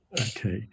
Okay